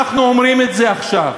אנחנו אומרים את זה עכשיו.